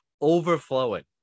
overflowing